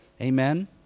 amen